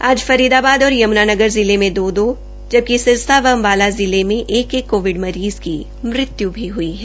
आज फरीदाबाद और यम्नानगर जिले में दो दो सिरसार व अम्बाला जिले में एक एक कोविड मरीज़ की मृत्यु हुई है